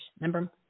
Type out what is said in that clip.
Remember